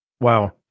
wow